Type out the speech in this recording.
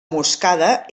moscada